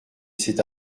cet